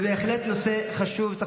זה בהחלט נושא חשוב.